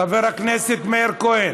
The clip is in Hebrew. חבר הכנסת מאיר כהן.